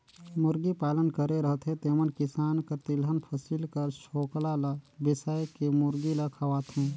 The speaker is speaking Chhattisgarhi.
मुरगी पालन करे रहथें तेमन किसान कर तिलहन फसिल कर छोकला ल बेसाए के मुरगी ल खवाथें